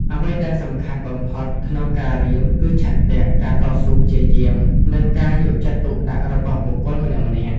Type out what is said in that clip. អ្វីដែលសំខាន់បំផុតក្នុងការៀន គឺឆន្ទៈ ការតស៊ូព្យាយាម និងការយកចិត្តទុកដាក់របស់បុគ្គលម្នាក់ៗ។